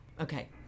Okay